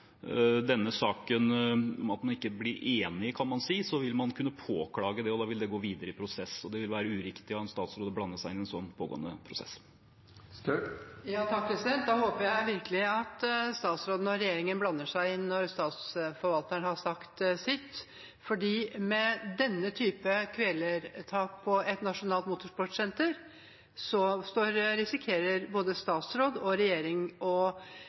man ikke blir enig, vil man kunne påklage det, og da vil det gå videre i prosess. Det vil være uriktig av en statsråd å blande seg inn i en sånn pågående prosess. Da håper jeg virkelig at statsråden og regjeringen blander seg inn når Statsforvalteren har sagt sitt, for med denne type kvelertak på et nasjonalt motorsportsenter risikerer både statsråd og regjering å